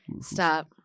Stop